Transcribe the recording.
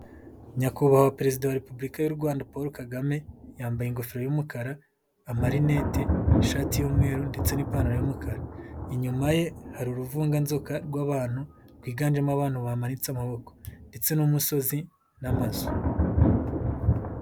Nyakubahwa, Perezida wa Repubulika y'u Rwanda Paul Kagame, yambaye ingofero y'umukara amarinete, ishati y'umweru ndetse n'ipantaro y'umukara. Inyuma ye hari uruvunganzoka rw'abantu, rwiganjemo abantu bamanitse amaboko. Ndetse n'umusozi n'amazu.